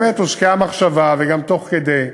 באמת, הושקעה מחשבה, וגם תוך כדי,